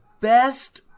best